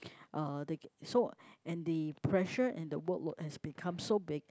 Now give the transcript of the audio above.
uh the so and the pressure and the workload has become so big